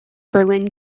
berlin